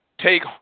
Take